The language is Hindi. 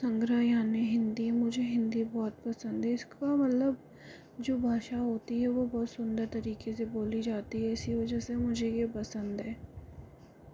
सुन्दर यानि हिंदी मुझे हिंदी बहुत पसंद है इसका मतलब जो भाषा होती है वह बहुत सुन्दर तरीके से बोली जाती है इसी वजह से मुझे यह पसंद है